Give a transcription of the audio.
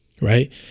Right